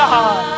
God